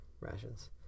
Rations